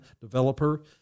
developer